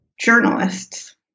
journalists